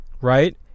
right